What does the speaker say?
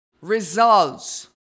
Results